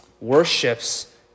worships